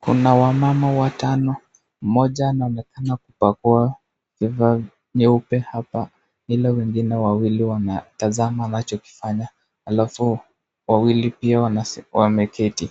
Kuna mama watano mmoja anaonekana kupagua vifaa nyeupe hapa ila wengine wawili wanatasama anachokifanya alafu wawili pia wameketi,